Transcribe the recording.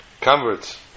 converts